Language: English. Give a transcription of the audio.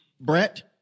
Brett